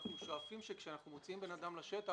אנו שואפים שכשאנחנו מוציאים אדם לשטח,